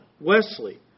Wesley